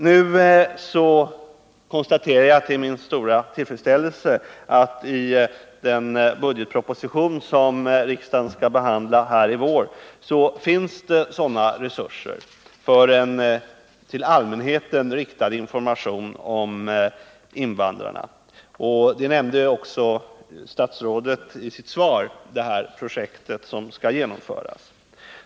Nu konstaterar jag till min stora tillfredsställelse att det i den budgetproposition som riksdagen skall behandla i vår finns sådana resurser för en till allmänheten riktad information om invandrarna. Statsrådet nämnde också i sitt svar detta projekt som skall genomföras.